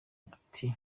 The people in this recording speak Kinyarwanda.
ati